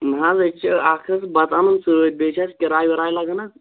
نہ حظ أسۍ چھِ اَکھ حظ بَتہٕ اَنَان سۭتۍ بیٚیہِ چھِ اَسہِ کِراے وِراے لَگَان حظ